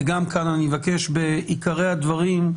גם כאן, אני מבקש בעיקרי הדברים,